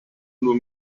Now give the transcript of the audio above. nur